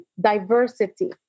diversity